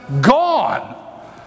gone